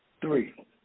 Three